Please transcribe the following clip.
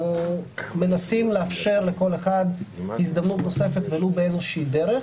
אנחנו מנסים לאפשר לכל אחד הזדמנות נוספת ולו באיזושהי דרך.